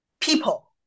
people